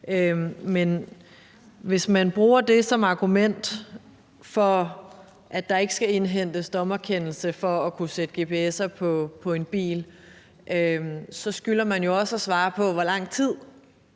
Men hvis man bruger det som argument for, at der ikke skal indhentes dommerkendelse for at kunne sætte en gps på en bil, så skylder man jo også at svare på, hvor meget tid